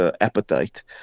appetite